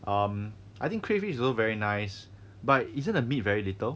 um I think crayfish it's also very nice but isn't the meat very little